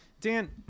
Dan